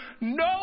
no